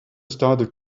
started